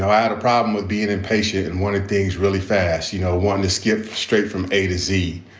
know, i had a problem with being impatient and one of the things really fast, you know wanting to skip straight from a to z,